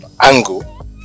angle